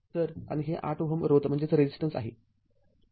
तरआणि हे ८Ω रोध आहे